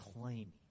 claiming